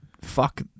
fuck